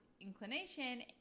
inclination